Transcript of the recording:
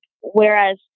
Whereas